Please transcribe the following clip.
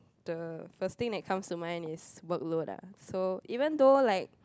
the first thing that comes to mind is workload lah so even though like